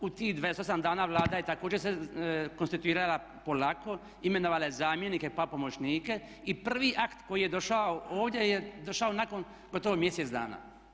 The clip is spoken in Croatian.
U tih 28 dana Vlada je također se konstituirala polako, imenovala je zamjenike, pa pomoćnike i prvi akt koji je došao ovdje je došao nakon gotovo mjesec dana.